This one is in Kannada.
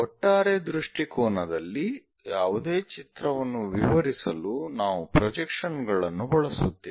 ಒಟ್ಟಾರೆ ದೃಷ್ಟಿಕೋನದಲ್ಲಿ ಯಾವುದೇ ಚಿತ್ರವನ್ನು ವಿವರಿಸಲು ನಾವು ಪ್ರೊಜೆಕ್ಷನ್ ಗಳನ್ನು ಬಳಸುತ್ತೇವೆ